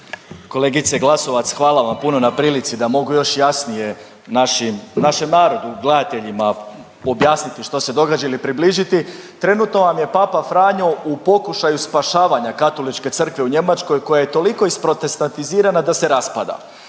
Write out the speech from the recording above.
Kolegice Glasovac hvala vam puno na prilici da mogu još jasnije našim, našem narodu, gledateljima objasniti što se događa ili približiti. Trenutno vam je Papa Franjo u pokušaju spašavanja Katoličke crkve u Njemačkoj koja je toliko isprotestantizirana da se raspada.